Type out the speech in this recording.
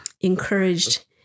encouraged